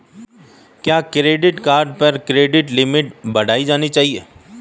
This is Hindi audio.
क्या क्रेडिट कार्ड पर क्रेडिट लिमिट बढ़ानी चाहिए?